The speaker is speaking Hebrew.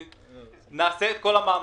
אנחנו נעשה את כל המאמצים",